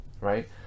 right